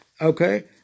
Okay